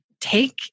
take